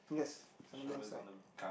yes something inside